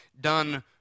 done